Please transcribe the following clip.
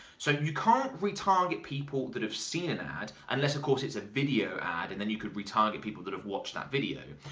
so you can't retarget people that have seen an ad, unless of course it's a video ad, and then you could retarget people that have watched that video,